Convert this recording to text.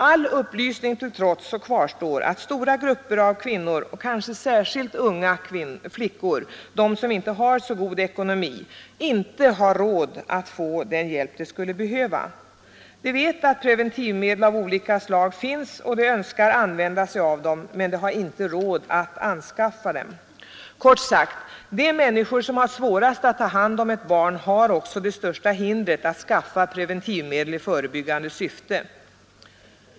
All upplysning till trots kvarstår att stora grupper av kvinnor och kanske särskilt unga flickor som inte har så god ekonomi inte har råd att få den hjälp de skulle behöva. De vet att preventivmedel av olika slag finns och de önskar använda sig av dem, men de har inte råd att anskaffa dem. Kort sagt: de människor som har svårast att ta hand om ett barn har också det största hindret att anskaffa preventivmedel i förebyggande syfte.